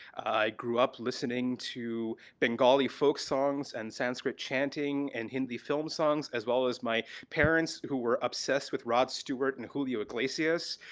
i grew up listening to bengali folk songs and sanskrit chanting, and hindi film songs as well as my parents who were obsessed with rod stewart and julio iglesias.